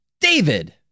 David